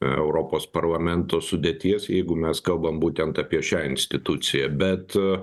europos parlamento sudėties jeigu mes kalbam būtent apie šią instituciją bet